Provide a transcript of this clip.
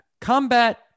combat